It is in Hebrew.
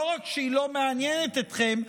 לא רק שהיא לא מעניינת אתכם,